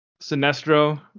Sinestro